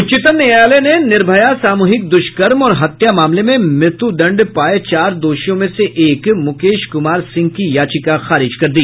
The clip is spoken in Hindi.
उच्चतम न्यायालय ने निर्भया सामूहिक दुष्कर्म और हत्या मामले में मृत्युदंड पाए चार दोषियों में से एक मुकेश कुमार सिंह की याचिका खारिज कर दी